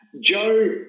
Joe